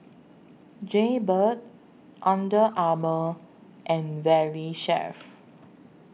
Jaybird Under Armour and Valley Chef